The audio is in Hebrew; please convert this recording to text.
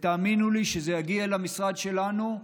תאמינו לי, כשזה יגיע למשרד שלנו,